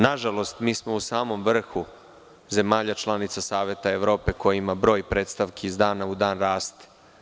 Nažalost, mi smo u samom vrhu zemalja članica Saveta Evrope, kojima broj prestavki iz dana raste.